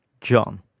John